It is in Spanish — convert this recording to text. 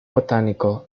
botánico